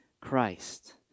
Christ